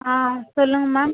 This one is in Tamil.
ஆ சொல்லுங்கள் மேம்